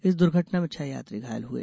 इस दुर्घटना में छह यात्री घायल हुए